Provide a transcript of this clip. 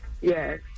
Yes